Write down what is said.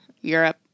Europe